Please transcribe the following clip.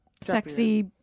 sexy